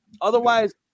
Otherwise